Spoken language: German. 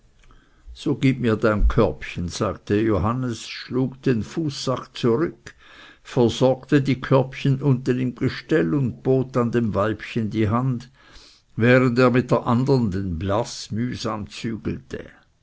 so gib mir dein körbchen sagte johannes schlug den fußsack zurück versorgte die körbchen unten im gestell und bot dann dem weibchen die hand während er mit der andern den blaß mühsam zügelte